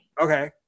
okay